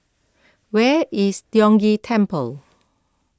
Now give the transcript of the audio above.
where is Tiong Ghee Temple